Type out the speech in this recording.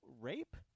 rape